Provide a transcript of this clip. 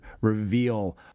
reveal